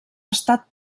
estat